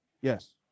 Yes